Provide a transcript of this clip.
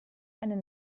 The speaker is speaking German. einen